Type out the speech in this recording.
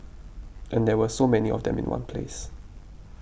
and there were so many of them in one place